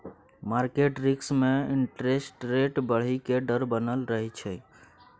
market risk में interest rate बढ़इ के डर बनल रहइ छइ